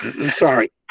Sorry